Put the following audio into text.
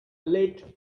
late